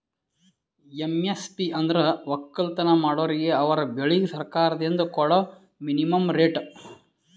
MSP ಅಂದ್ರ ವಕ್ಕಲತನ್ ಮಾಡೋರಿಗ ಅವರ್ ಬೆಳಿಗ್ ಸರ್ಕಾರ್ದಿಂದ್ ಕೊಡಾ ಮಿನಿಮಂ ರೇಟ್